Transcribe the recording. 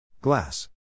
Glass